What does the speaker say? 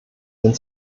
sind